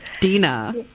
Dina